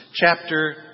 chapter